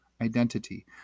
identity